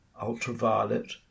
ultraviolet